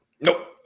Nope